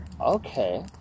Okay